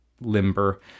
limber